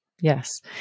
Yes